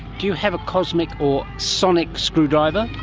do you have a cosmic or sonic screwdriver?